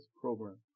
program